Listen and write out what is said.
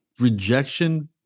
rejection